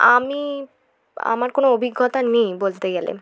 আমি আমার কোনো অভিজ্ঞতা নেই বলতে গেলে